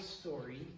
story